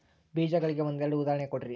ಬೇಜಗಳಿಗೆ ಒಂದೆರಡು ಉದಾಹರಣೆ ಕೊಡ್ರಿ?